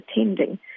attending